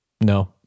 No